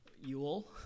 Yule